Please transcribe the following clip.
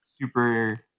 super